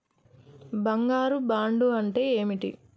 బంగారు బాండు అంటే ఏంటిది?